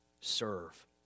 serve